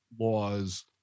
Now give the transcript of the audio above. laws